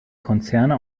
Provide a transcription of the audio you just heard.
konzerne